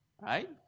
Right